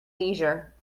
leisure